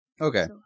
Okay